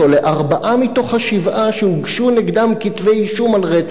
לארבעה מתוך השבעה שהוגשו נגדם כתבי-אישום על רצח,